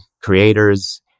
creators